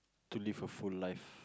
to live a full life